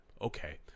Okay